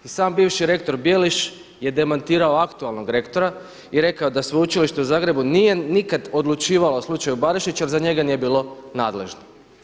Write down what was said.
I sam bivši rektor Bjeliš je demantirao aktualnog rektora i rekao da Sveučilište u Zagrebu nije nikada odlučivao o slučaju Barišić jer za njega nije bilo nadležno.